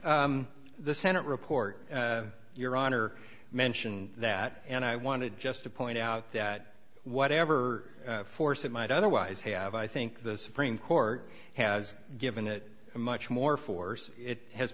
ok the senate report your honor mention that and i wanted just to point out that whatever force that might otherwise have i think the supreme court has given it a much more force it has